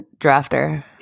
drafter